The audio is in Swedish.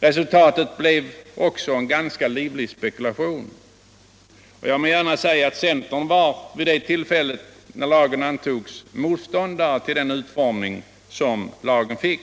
Resultatet blev också en ganska livlig spekulation. Jap vill gärna säga att centern vid det tillfälle när lagen antöogs var motståndare till den utformning som lagen fick.